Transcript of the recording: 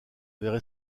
avaient